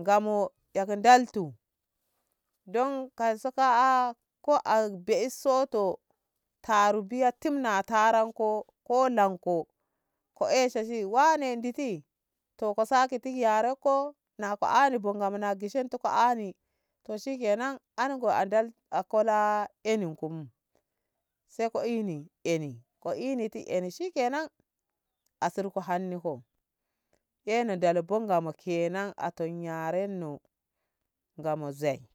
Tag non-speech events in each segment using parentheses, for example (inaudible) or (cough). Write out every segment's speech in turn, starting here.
Ngamo yak daltu don kai so ka'a ko a be'e soto ka rubiya tum na taranko ko lanko ko esha se wane nditi to ko sake ki ti yare ko na ko a'ano bo Ngamo na gishenntiko ani to shike nan ango ani- dal- akola eni kommu sai ko eni ko eniti ene shike nan asirko haniho hena ndal bo Ngamo kenna a ton yarenno Ngamo zei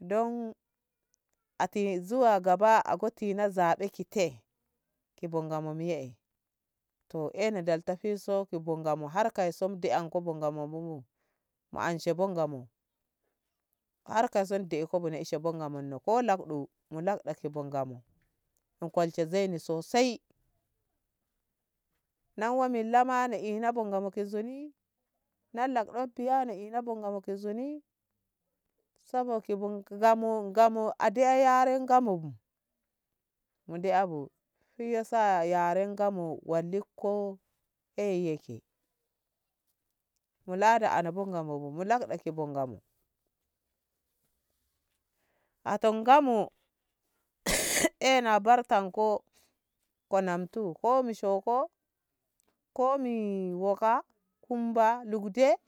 don ati zuwa gaba ako tina zabe kite ki bo Ngamo me'e toh ena dalta fi so ki bo Ngamo har kai son de'anko Ngamo bobo mu anshe bo Ngamo har ka son deko mu nei she bo Ngamo ko lakɗo mu lakɗaki bo Ngamo ni kolshe zei ni so sai eh nawa milla ma na'ina bo Ngamo ki nzuni na lakɗe fiya ina bo Ngamo ki nzuni saboki bunki Ngamo a dei yaren Ngamo mu dei abu shi yasa yaren Ngamo wallikko e yeke wulada a mo bo Ngamo bo mu lakɗa ki bo Ngamo atan Ngamo (noise) ena barka ko konamtu ko omisho ho komi woka kumba lugude.